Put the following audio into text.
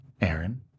Aaron